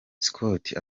scott